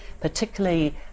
particularly